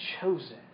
chosen